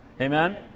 Amen